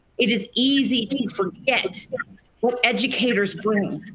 it is easy to forget what educators bring.